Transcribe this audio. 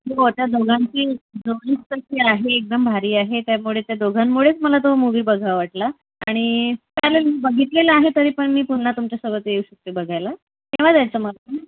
हो त्या दोघांची दोघांची जोडी एकदम भारी आहे त्यामुळे त्या दोघांमुळेच मला तो मूवी बघावा वाटला आणि चालेल बघितलेला आहे तरी पण मी पुन्हा तुमच्यासोबत येऊ शकते बघायला केव्हा जायचं मग